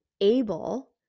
able